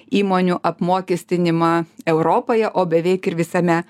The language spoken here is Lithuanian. įmonių apmokestinimą europoje o beveik ir visame